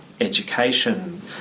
education